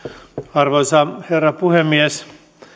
arvoisa herra puhemies